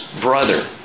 brother